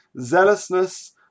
zealousness